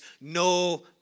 No